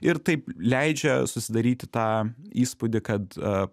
ir taip leidžia susidaryti tą įspūdį kad